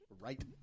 right